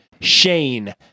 Shane